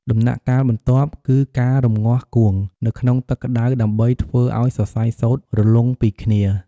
ដំណាក់កាលបន្ទាប់គឺការរំងាស់គួងនៅក្នុងទឹកក្ដៅដើម្បីធ្វើឲ្យសរសៃសូត្ររលុងពីគ្នា។